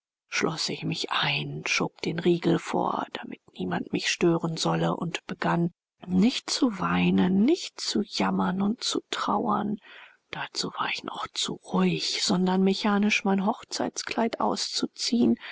schloß ich mich ein schob den riegel vor damit niemand mich stören solle und begann nicht zu weinen nicht zu jammern und zu trauern dazu war ich noch zu ruhig sondern mechanisch mein hochzeitskleid auszuziehen